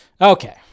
Okay